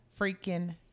freaking